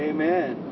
Amen